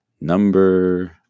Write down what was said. Number